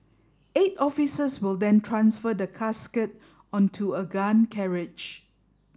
eight officers will then transfer the casket onto a gun carriage